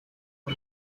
the